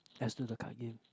let's do the card game